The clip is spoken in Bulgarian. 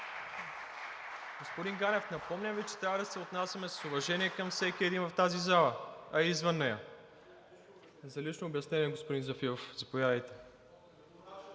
Господин Ганев, напомням Ви, че трябва да се отнасяме с уважение към всеки един в тази зала, а и извън нея. За лично обяснение – господин Зафиров, заповядайте.